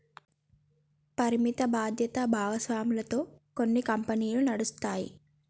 పరిమిత బాధ్యత భాగస్వామ్యాలతో కొన్ని కంపెనీలు నడుస్తాయి